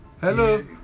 Hello